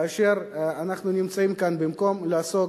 כאשר אנחנו נמצאים כאן במקום לעסוק,